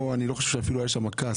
אני לא חושב שאפילו היה שם כעס,